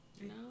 No